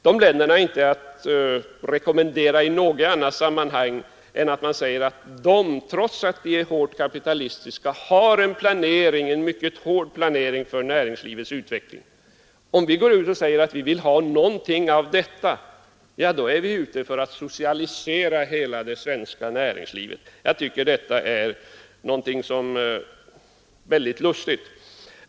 De länderna är inte att rekommendera i något annat avseende än att de, trots att de är utpräglat kapitalistiska, har en mycket hård planering för näringslivets utveckling. Om vi går ut och säger att vi vill ha någonting av detta, ja, då är vi ute för att socialisera hela det svenska näringslivet. Jag tycker detta är väldigt lustigt.